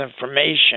information